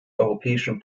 europäischen